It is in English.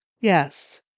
Yes